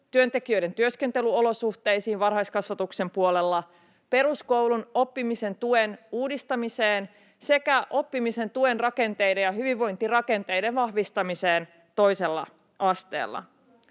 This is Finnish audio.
työntekijöiden työskentelyolosuhteisiin varhaiskasvatuksen puolella, peruskoulun oppimisen tuen uudistamiseen sekä oppimisen tuen rakenteiden ja hyvinvointirakenteiden vahvistamiseen toisella asteella.